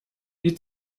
wie